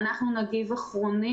ואנחנו נגיב אחרונים.